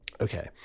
Okay